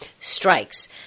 strikes